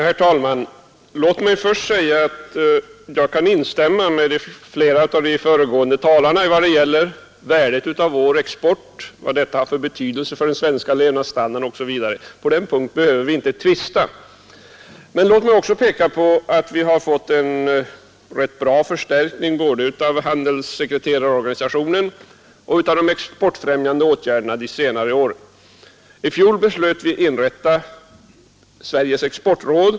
Herr talman! Låt mig först säga att jag kan instämma med flera av de tidigare talarna när det gäller värdet av vår export, dess betydelse för levnadsstandarden här i landet osv. På den punkten behöver vi inte tvista. Men låt mig också peka på att vi under de senare åren har fått en ganska bra förstärkning av både handelssekreterarorganisationen och av de exportfrämjande åtgärderna. I fjol belöt vi att inrätta Sveriges exportråd.